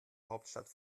hauptstadt